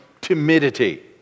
timidity